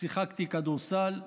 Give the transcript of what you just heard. שיחקתי כדורסל,